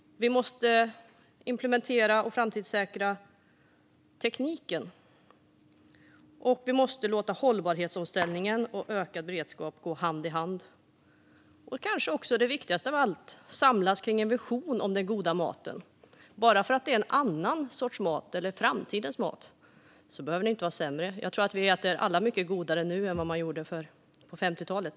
Vi måste implementera och framtidssäkra tekniken. Vi måste låta hållbarhetsomställningen och ökad beredskap gå hand i hand. Det viktigaste av allt är kanske att samlas runt en vision om den goda maten. Bara för att det är en annan sorts mat eller framtidens mat behöver den inte vara sämre. Jag tror att vi alla äter mycket godare nu än vad man gjorde på 50-talet.